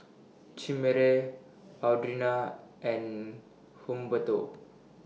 Chimere Audriana and Humberto